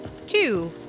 Two